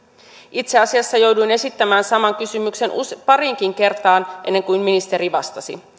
itse asiassa jouduin esittämään saman kysymyksen pariinkin kertaan ennen kuin ministeri vastasi